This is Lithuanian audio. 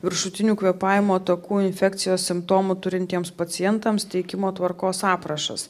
viršutinių kvėpavimo takų infekcijos simptomų turintiems pacientams teikimo tvarkos aprašas